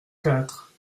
quatre